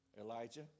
Elijah